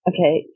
Okay